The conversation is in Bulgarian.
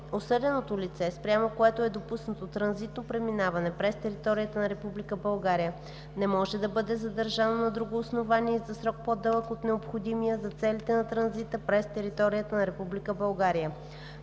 Осъдено лице, спрямо което е допуснато транзитно преминаване през територията на Република България, не може да бъде задържано на друго основание и за срок, по-дълъг от необходимия за целите на транзита през територията на